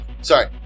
Sorry